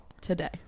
Today